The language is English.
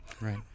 Right